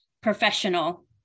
professional